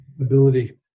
ability